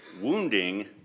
wounding